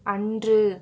அன்று